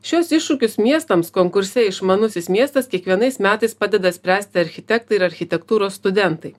šiuos iššūkius miestams konkurse išmanusis miestas kiekvienais metais padeda spręsti architektai ir architektūros studentai